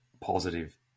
positive